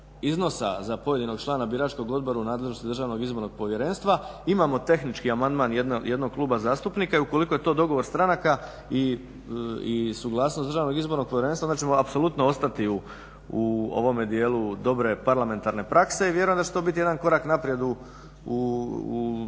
iznosa za pojedinog člana biračkog odbora u nadležnosti Državnog izbornog povjerenstva, imamo tehnički amandman jednog kluba zastupnika i ukoliko je to dogovor stranaka i suglasnost Državnog izbornog povjerenstva onda ćemo apsolutno ostati u ovome djelu dobre parlamentarne prakse i vjerujem da će to biti jedan korak naprijed u